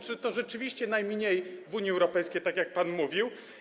Czy to rzeczywiście najmniej w Unii Europejskiej, tak jak pan mówił?